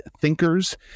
thinkers